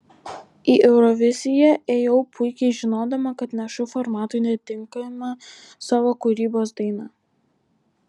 į euroviziją ėjau puikiai žinodama kad nešu formatui netinkamą savo kūrybos dainą